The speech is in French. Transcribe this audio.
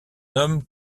homme